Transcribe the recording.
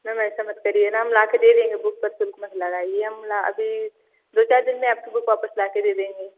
ma'am ऐसा मत करिए ना हम लाके दे देंगे बुक पर शुल्क मत लगाइए हम अभी दो चार दिन में आपकी बुक वापस लाके दे देंगे